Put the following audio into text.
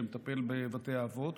שמטפל בבתי האבות,